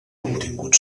contingut